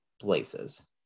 places